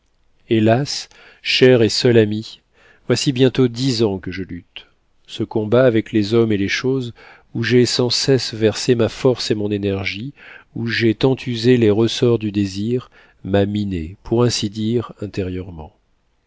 hélas cher et seul ami voici bientôt dix ans que je lutte ce combat avec les hommes et les choses où j'ai sans cesse versé ma force et mon énergie où j'ai tant usé les ressorts du désir m'a miné pour ainsi dire intérieurement